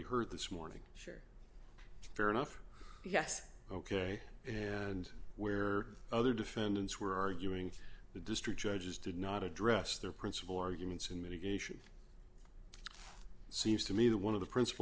heard this morning sure fair enough yes ok and where other defendants were arguing the district judges did not address their principal arguments in mitigation seems to me that one of the principal